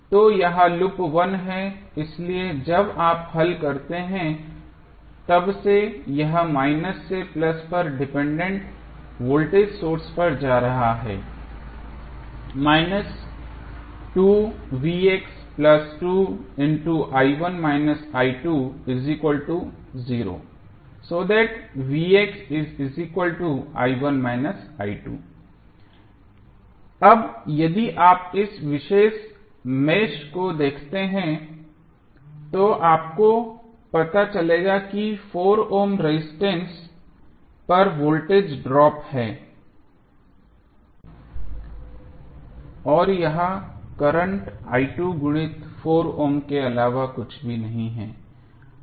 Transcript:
तो यह लूप 1 है इसलिए जब आप हल करते हैं तब से यह माइनस से प्लस पर डिपेंडेंट वोल्टेज सोर्स पर जा रहा है अब यदि आप इस विशेष मेष को देखते हैं तो आपको पता चलेगा कि 4 ओम रेजिस्टेंस पर वोल्टेज ड्रॉप है और यह करंट गुणित 4 ओम के अलावा कुछ भी नहीं है